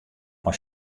mei